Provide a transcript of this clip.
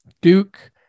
Duke